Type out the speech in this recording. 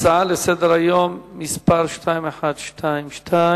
הצעה לסדר-היום מס' 2122,